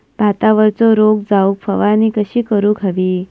भातावरचो रोग जाऊक फवारणी कशी करूक हवी?